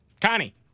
Connie